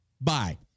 Bye